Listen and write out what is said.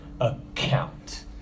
account